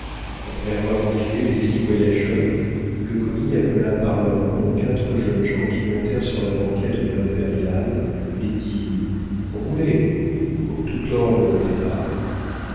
après avoir empilé les six voyageurs le commis appela par leurs noms quatre jeunes gens qui montèrent sur la banquette de l'impériale et dit roulez pour tout ordre de départ